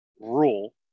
rule